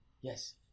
Yes